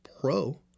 pro